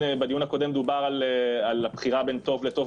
בדיון הקודם דובר על הבחירה בין טוב לטוב